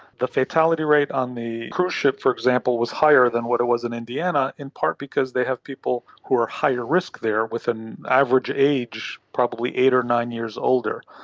the fatality rate on the cruise ship, for example, was higher than what it was in indiana in part because they have people who are higher risk there with an average age probably eight or nine years older.